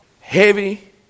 heavy